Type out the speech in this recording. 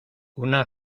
una